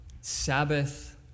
Sabbath